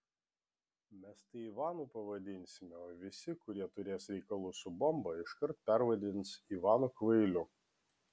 mes tai ivanu pavadinsime o visi kurie turės reikalų su bomba iškart pervadins ivanu kvailiu